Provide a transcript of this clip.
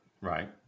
right